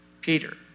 Peter